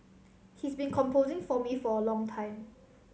he's been composing for me for a long time